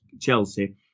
Chelsea